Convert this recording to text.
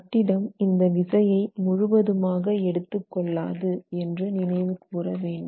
கட்டிடம் இந்த விசையை முழுவதுமாக எடுத்துக்கொள்ளாது என்று நினைவு கூற வேண்டும்